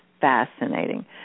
fascinating